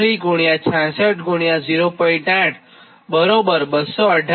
8 218